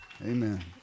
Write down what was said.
Amen